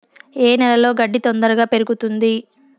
ఏ నేలలో గడ్డి తొందరగా పెరుగుతుంది